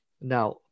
Now